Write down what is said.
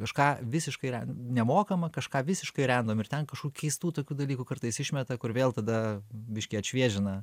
kažką visiškai re nemokamą kažką visiškai random ir ten kažkokių keistų tokių dalykų kartais išmeta kur vėl tada biškį atšviežina